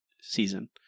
season